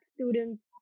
students